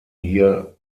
hier